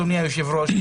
אדוני היושב-ראש,